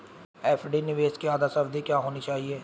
FD निवेश की आदर्श अवधि क्या होनी चाहिए?